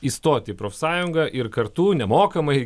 įstoti į profsąjungą ir kartu nemokamai